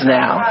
now